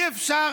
אי-אפשר